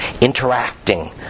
interacting